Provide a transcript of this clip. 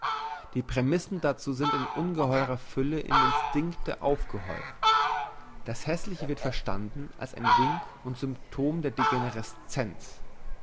die prämissen dazu sind in ungeheurer fülle im instinkte aufgehäuft das hässliche wird verstanden als ein wink und symptom der